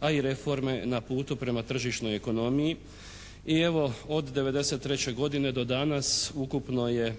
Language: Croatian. a i reforme na putu prema tržišnoj ekonomiji i evo od '93. godine do danas ukupno je